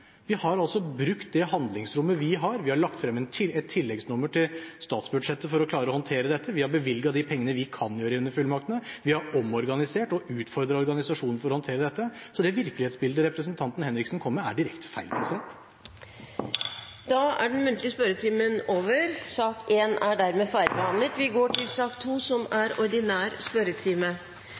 Vi har brukt det handlingsrommet vi har. Vi har lagt frem et tilleggsnummer til statsbudsjettet for å klare å håndtere dette. Vi har bevilget de pengene vi kan under fullmaktene. Vi har omorganisert og utfordret organisasjonen for å håndtere dette. Så det virkelighetsbildet representanten Henriksen kommer med, er direkte feil. Da er den muntlige spørretimen over. Det blir en rekke endringer i den oppsatte spørsmålslisten, og presidenten viser i den sammenheng til den elektroniske spørsmålslisten. De foreslåtte endringene i dagens spørretime